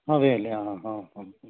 അതെ അല്ലേ ആ ആ ആ ഉം